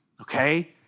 okay